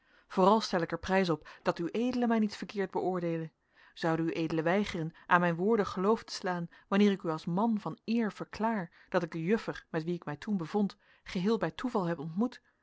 vooral stel ik er prijs op dat ued mij niet verkeerd beoordeele zoude ued weigeren aan mijn woorden geloof te slaan wanneer ik u als man van eer verklaar dat ik de juffer met wie ik mij toen bevond geheel bij toeval heb ontmoet